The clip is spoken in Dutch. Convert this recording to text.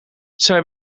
zij